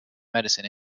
medicine